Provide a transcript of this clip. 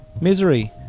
misery